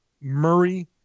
Murray